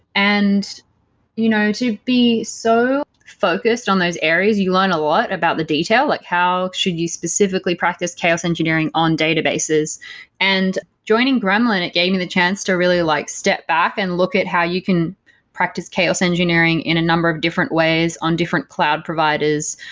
and you know to be so focused on those areas, you learn a lot about the detail, like how should you specifically practice chaos engineering on databases and joining gremlin, it gave me the chance to really like step back and look at how you can practice chaos engineering in a number of different ways on different cloud providers.